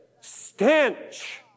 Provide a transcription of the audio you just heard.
stench